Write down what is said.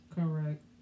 correct